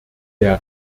der